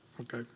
Okay